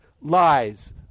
lies